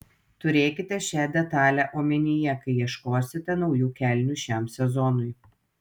turėkite šią detalę omenyje kai ieškosite naujų kelnių šiam sezonui